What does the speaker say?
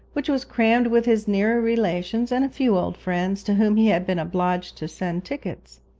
which was crammed with his nearer relations and a few old friends, to whom he had been obliged to send tickets.